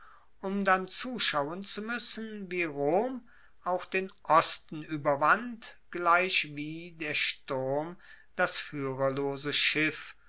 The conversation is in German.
um dann zuschauen zu muessen wie rom auch den osten ueberwand gleichwie der sturm das fuehrerlose schiff